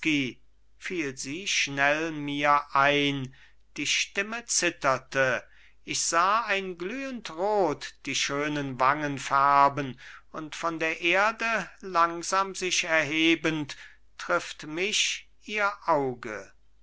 fiel sie schnell mir ein die stimme zitterte ich sah ein glühend rot die schönen wangen färben und von der erde langsam sich erhebend trifft mich ihr auge